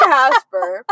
Casper